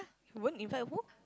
won't invite who